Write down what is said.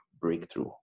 breakthrough